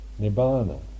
nibbana